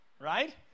right